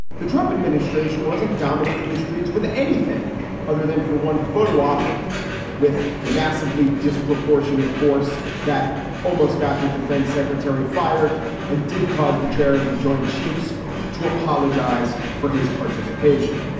the trump administration wasn't dominating the streets with anything other than for one photo op with massively disproportionate force that almost got the defense secretary fired and did cause the chair of the joint chiefs to apologize for his participation.